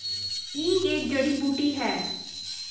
हींग एक जड़ी बूटी है